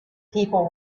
people